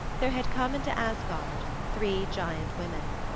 there had come into asgard three giant women.